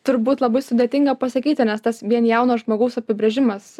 turbūt labai sudėtinga pasakyti nes tas vien jauno žmogaus apibrėžimas